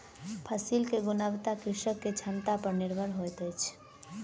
फसिल के गुणवत्ता कृषक के क्षमता पर निर्भर होइत अछि